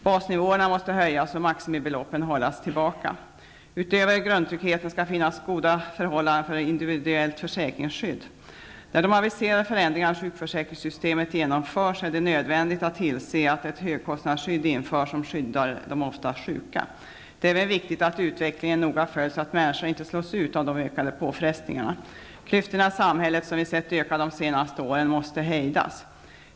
Basnivåerna måste höjas och maximibeloppen hållas tillbaka. Utöver grundtryggheten skall det finnas goda förhållanden för individuellt försäkringsskydd. När de aviserade förändringarna i sjukförsäkringssystemet genomförs är det nödvändigt att tillse att ett högkostnadsskydd införs som skyddar de oftast sjuka. Det är även viktigt att utvecklingen noga följs så att människorna inte slås ut av de ökade påfrestningarna. Klyftorna i samhället som vi sett öka de senaste åren måste hejdas.